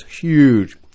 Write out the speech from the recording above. huge